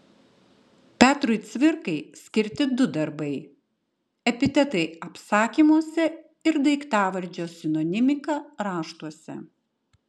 petrui cvirkai skirti du darbai epitetai apsakymuose ir daiktavardžio sinonimika raštuose